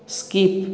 skip